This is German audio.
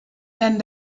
denn